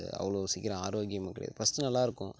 அவ்வளோ சீக்கிரோ ஆரோக்கியம் கிடையாது ஃபஸ்ட்டு நல்லா இருக்கும்